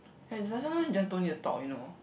and some~ sometimes you just don't need to talk you know